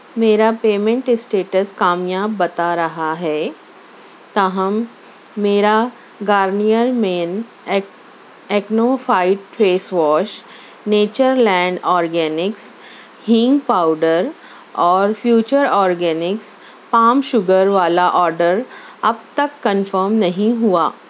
میرا payment status کامیاب بتا رہا ہے تاہم میرا گارنیئر مین ایک Acno fight face wash Nature Land Organics hing powder اور فیوچر آرگینکس پام شوگر والا آرڈر اب تک کنفرم نہیں ہوا